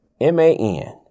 M-A-N